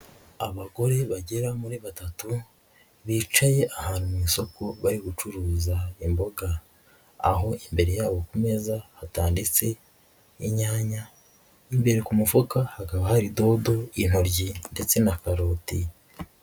Abagore bagera muri batatu bicaye ahantu mu isoko bari gucuruza imboga, aho imbere yabo ku meza hatanditse inyanya, imbere ku mufuka hakaba hari dodo, intoryi ndetse na karoti.